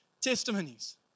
testimonies